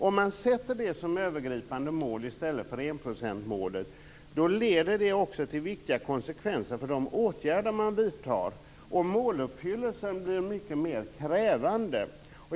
Om man sätter det som övergripande mål i stället för enprocentsmålet leder det också till viktiga konsekvenser för de åtgärder som man vidtar, och måluppfyllelsen blir mycket mer krävande.